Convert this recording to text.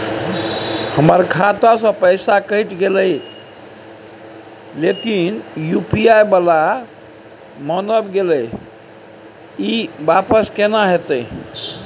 हमर खाता स पैसा कैट गेले इ लेकिन यु.पी.आई वाला म नय गेले इ वापस केना होतै?